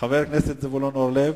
חבר הכנסת זבולון אורלב?